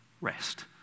rest